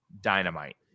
Dynamite